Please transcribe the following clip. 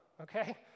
okay